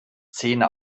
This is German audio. zähne